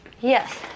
Yes